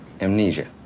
Amnesia